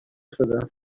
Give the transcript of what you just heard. شدم